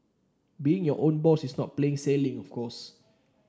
being your own boss is not always plain sailing of course